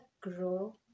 grow